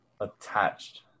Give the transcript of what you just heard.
attached